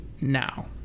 now